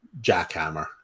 jackhammer